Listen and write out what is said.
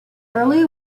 early